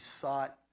sought